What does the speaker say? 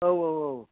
औ औ औ